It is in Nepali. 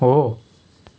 हो